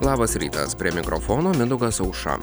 labas rytas prie mikrofono mindaugas aušra